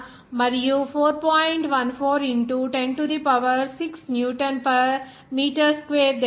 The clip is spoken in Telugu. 14 into 10 to the power 6 newton per metre square దగ్గరగా 41